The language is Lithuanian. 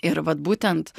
ir vat būtent